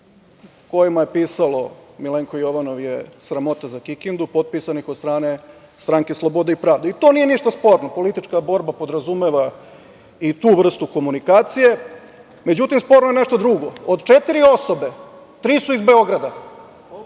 kojima je pisalo - Milenko Jovanov je sramota za Kikindu, potpisanih od strane Stranke slobode i pravde i to nije ništa sporno. Politička borba podrazumeva i tu vrstu komunikacije. Međutim sporno je nešto drugo. Od četiri osobe, tri su iz Beograda